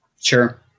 sure